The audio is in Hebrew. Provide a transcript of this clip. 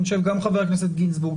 אני חושב גם חבר הכנסת גינזבורג,